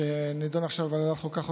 שנדון עכשיו בוועדת החוקה,